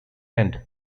end